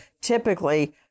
Typically